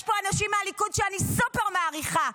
יש פה אנשים מהליכוד שאני סופר מעריכה,